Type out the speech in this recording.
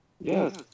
Yes